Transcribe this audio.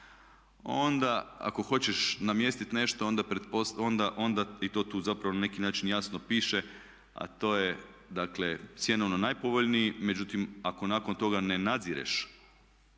onda ako hoćeš namjestiti nešto onda i to tu na neki način zapravo jasno piše, a to je dakle cjenovno najpovoljniji, međutim ako nakon toga ne nadzireš